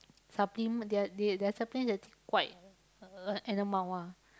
supplement their they their supplement is actually quite a an amount ah